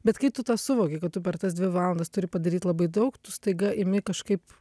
bet kai tu tą suvoki kad tu per tas dvi valandas turi padaryt labai daug tu staiga imi kažkaip